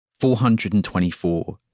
424